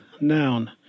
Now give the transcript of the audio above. noun